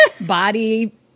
body